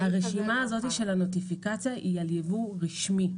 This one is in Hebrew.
הרשימה הזאת של הנוטיפיקציה היא על יבוא רשמי.